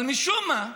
אבל משום מה,